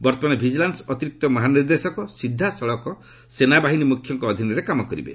ବର୍ତ୍ତମାନ ଭିକିଲାନ୍ସ ଅତିରିକ୍ତ ମହାନିର୍ଦ୍ଦେଶକ ସିଧାସଳଖ ସେନାବାହିନୀ ମୁଖ୍ୟଙ୍କ ଅଧୀନରେ କାମ କରିବେ